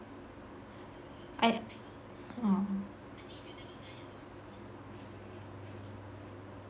I ah